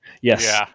Yes